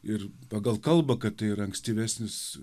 ir pagal kalbą kad tai yra ankstyvesnis